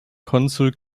konsul